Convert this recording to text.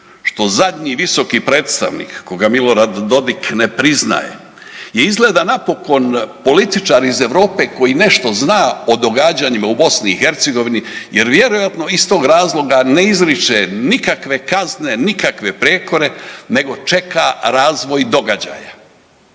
što zadnji visoki predstavnik koga Milorad Dodig ne priznaje je izgleda napokon političar iz Europe koji nešto zna o događanjima u Bosni i Hercegovini. Jer vjerojatno iz tog razloga ne izriče nikakve kazne, nikakve prijekore, nego čeka razvoj događaja.